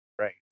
Right